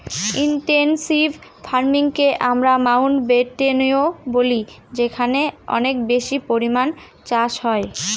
intensive ফার্মিংকে আমরা মাউন্টব্যাটেনও বলি যেখানে অনেক বেশি পরিমানে চাষ হয়